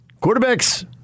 Quarterbacks